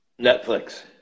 Netflix